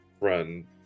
run